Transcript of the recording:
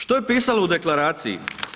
Što je pisalo u Deklaraciji?